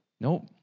Nope